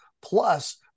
Plus